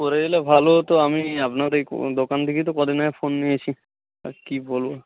করে দিলে ভালো হতো আমি আপনার এই দোকান থেকেই তো ক দিন আগে ফোন নিয়েছি আর কী বলবো